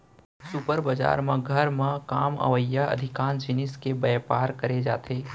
super बजार म घर म काम अवइया अधिकांस जिनिस के बयपार करे जाथे